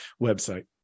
website